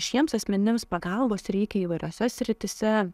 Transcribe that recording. šiems asmenims pagalbos reikia įvairiose srityse